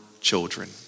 children